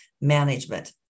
management